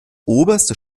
oberste